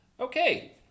okay